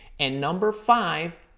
and number five,